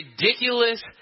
ridiculous